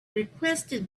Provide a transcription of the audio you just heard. requested